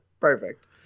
Perfect